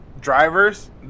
drivers